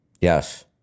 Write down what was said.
Yes